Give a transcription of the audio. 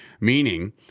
meaning